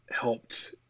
helped